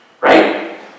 Right